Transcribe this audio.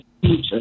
future